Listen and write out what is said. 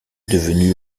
devenu